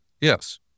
Yes